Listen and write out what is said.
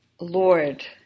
Lord